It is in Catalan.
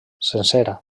sencera